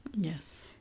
Yes